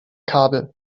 kabel